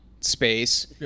space